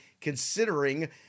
considering